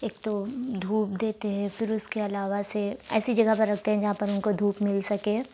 ایک تو دھوپ دیتے ہیں پھر اس کے علاوہ سے ایسی جگہ پر رکھتے ہیں جہاں پر ان کو دھوپ مل سکے